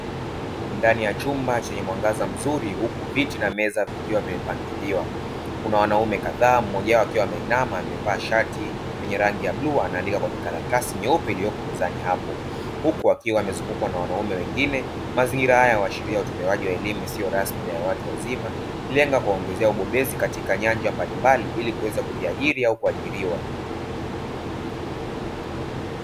Ndani ya chumba chenye mwangaza mzuri huku viti na meza vikiwa vimepangiliwa, kuna wanaume kadhaa mmoja wao akiwa ameinama akiwa amevalia shati lenye rangi ya bluu anaandika kwenye karatasi nyeupe iliyopo mezani hapo huku akiwa amezungukwa na wanaume wengine. Mazingira haya huashiria utolewaji wa elimu isiyo rasmi na ya watu wazima, ikilenga kuwaongezea ubobezi katika nyanja mbalimbali, ili kuweza kujiajiri au kuajiriwa.